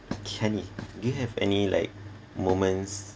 kenny do you have any like moments